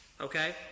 Okay